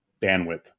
bandwidth